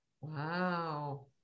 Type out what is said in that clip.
Wow